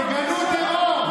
תגנו טרור,